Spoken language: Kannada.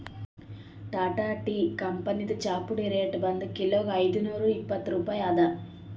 ಟಾಟಾ ಟೀ ಕಂಪನಿದ್ ಚಾಪುಡಿ ರೇಟ್ ಒಂದ್ ಕಿಲೋಗಾ ಐದ್ನೂರಾ ಇಪ್ಪತ್ತ್ ರೂಪಾಯಿ ಅದಾ